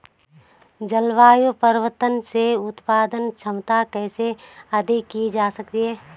जलवायु परिवर्तन से उत्पादन क्षमता कैसे अधिक की जा सकती है?